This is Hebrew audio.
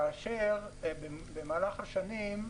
במהלך השנים,